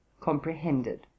comprehended